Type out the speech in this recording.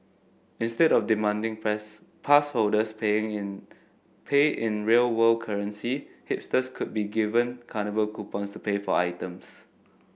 instead of demanding pass holders paying in pay in real world currency hipsters could be given carnival coupons to pay for items